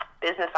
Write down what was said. business